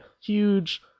huge